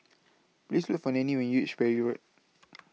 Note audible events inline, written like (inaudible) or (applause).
Please Look For Nannie when YOU REACH Parry Road (noise)